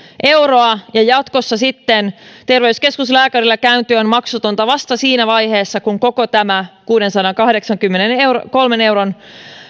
euroa ja jatkossa sitten terveyskeskuslääkärillä käynti on maksutonta vasta siinä vaiheessa kun koko tämä kuudensadankahdeksankymmenenkolmen euron